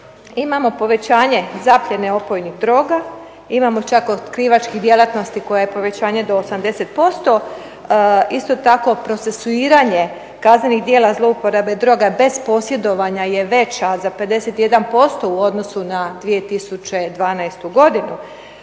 imamo povećanje zapljene opojnih droga, imamo čak otkrivačkih djelatnosti koje je povećanje do 80%, isto tako procesuiranje kaznenih djela zlouporabe droga bez posjedovanja je veća za 51% u odnosu na 2012. godinu.